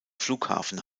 flughafen